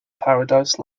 paradise